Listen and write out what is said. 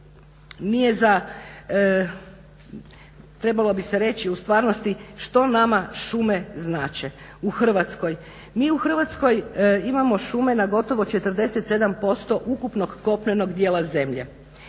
nije za, trebalo bi se reći u stvarnosti što nama šume znače u Hrvatskoj. Mi u Hrvatskoj imamo šume na gotovo 47% ukupnog kopnenog dijela zemlje.